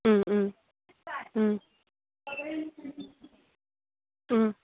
ꯎꯝ ꯎꯝ ꯎꯝ ꯎꯝ